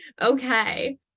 okay